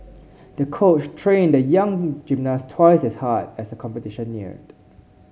the coach trained the young gymnast twice as hard as the competition neared